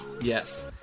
Yes